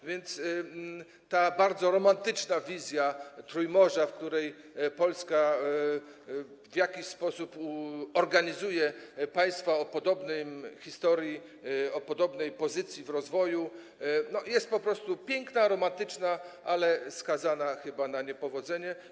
A więc ta bardzo romantyczna wizja Trójmorza, w której Polska w jakiś sposób organizuje państwa o podobnej historii, o podobnej pozycji w rozwoju, jest po prostu piękna, romantyczna, ale chyba skazana na niepowodzenie.